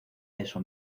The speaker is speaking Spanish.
peso